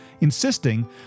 insisting